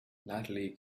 natalie